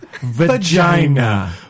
Vagina